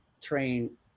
train